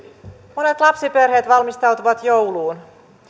monet lapsiperheet valmistautuvat jouluun